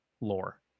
lore